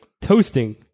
toasting